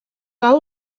hau